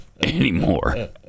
anymore